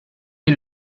est